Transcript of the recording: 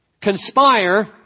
conspire